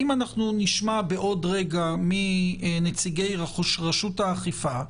אם אנחנו נשמע בעוד רגע מנציגי רשות האכיפה,